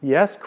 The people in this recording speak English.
Yes